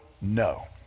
no